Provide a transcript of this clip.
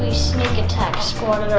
sneak-attack scored